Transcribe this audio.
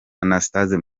anastase